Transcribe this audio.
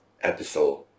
episode